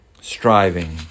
striving